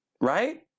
Right